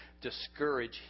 discourage